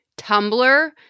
Tumblr